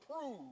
prove